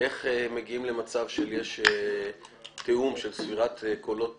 איך מגיעים למצב שיש תיאום של ספירת קולות